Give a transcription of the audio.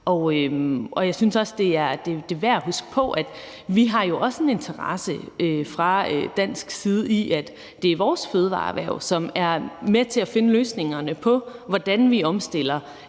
Jeg synes også, det er værd at huske på, at vi fra dansk side også har en interesse i, at det er vores fødevareerhverv, der er med til at finde løsningerne på, hvordan vi omstiller